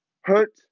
Hurt